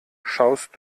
schaust